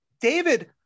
David